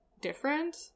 different